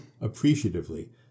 appreciatively